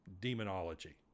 demonology